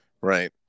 Right